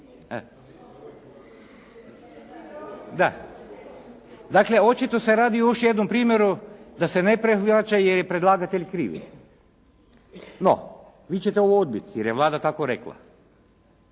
toga. Dakle, očito se radi o još jednom primjeru da se ne prihvaća, jer je predlagatelj kriv je. No, vi ćete ovo odbiti, jer je Vlada tako rekla.